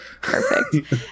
Perfect